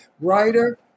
writer